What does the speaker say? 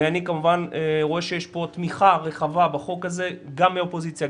ואני כמובן רואה שיש פה תמיכה רחבה בחוק הזה גם מהאופוזיציה,